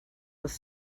was